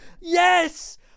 Yes